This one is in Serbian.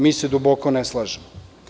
Mi se duboko ne slažemo.